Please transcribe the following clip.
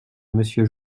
monsieur